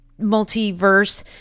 multiverse